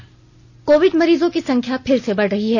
श्रुआत कोविड मरीजों की संख्या फिर से बढ़ रही है